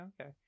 okay